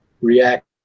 react